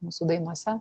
mūsų dainose